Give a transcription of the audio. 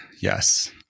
yes